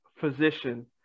physician